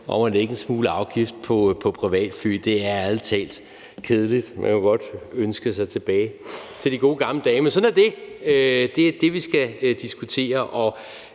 om at lægge en smule afgift på privatfly. Det er ærlig talt kedeligt. Man kunne godt ønske sig tilbage til de gode gamle dage. Men sådan er det. Det er det, vi skal diskutere.